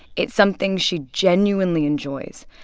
it's something she genuinely enjoys.